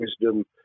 wisdom